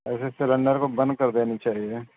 ایسے سلینڈر کو بند کر دینی چاہیے